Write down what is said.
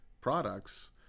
products